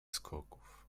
skoków